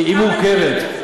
היא מורכבת,